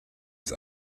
ist